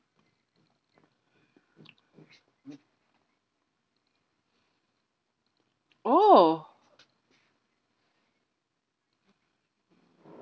oh